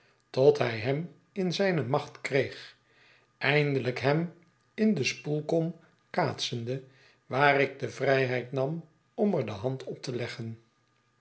tot hij hem in zijne macht kreeg eindelijk hem in de spoelkom kaatsende waar ik de vrijheid nam om er de hand op te leggen